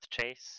chase